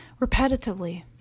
repetitively